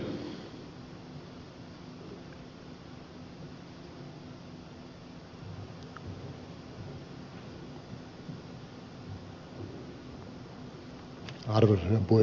arvoisa herra puhemies